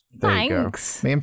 Thanks